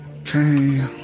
okay